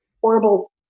horrible